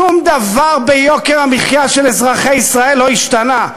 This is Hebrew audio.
שום דבר ביוקר המחיה של אזרחי ישראל לא השתנה.